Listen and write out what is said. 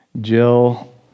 Jill